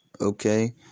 Okay